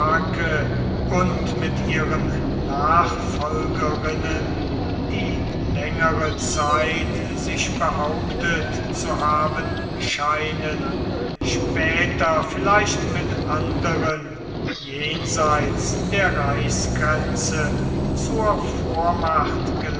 und mit ihren nachfolgerinnen die längere zeit sich behauptet zu haben scheinen später vielleicht mit anderen jenseits der reichsgrenze zur